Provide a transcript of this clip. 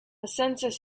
census